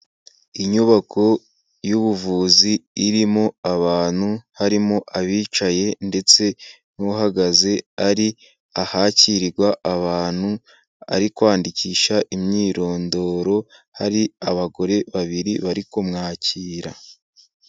Inyubako y'ubuvuzi irimo abantu, harimo abicaye, ndetse n'uhagaze, ari ahakirirwa abantu, ari kwandikisha imyirondoro, hari abagore babiri bari kumwakira.